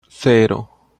cero